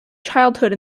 childhood